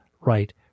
right